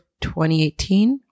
2018